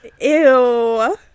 ew